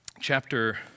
Chapter